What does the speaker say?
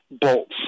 bolts